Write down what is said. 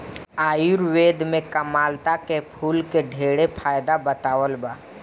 आयुर्वेद में कामलता के फूल के ढेरे फायदा बतावल बा